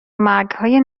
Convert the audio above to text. مرگهای